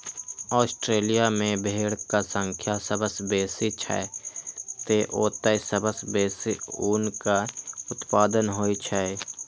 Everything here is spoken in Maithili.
ऑस्ट्रेलिया मे भेड़क संख्या सबसं बेसी छै, तें ओतय सबसं बेसी ऊनक उत्पादन होइ छै